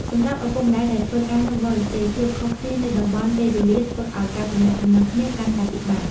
សម្រាប់ឪពុកម្ដាយដែលធ្វើការនៅបរទេស ភាពខុសគ្នានៃតំបន់ពេលវេលា ធ្វើឱ្យការទំនាក់ទំនងគ្នាកាន់តែពិបាក។